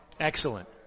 Excellent